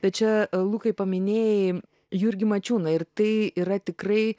bet čia lukai paminėjai jurgį mačiūną ir tai yra tikrai